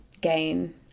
gain